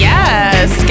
Yes